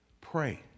Pray